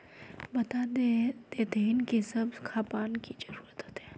बता देतहिन की सब खापान की जरूरत होते?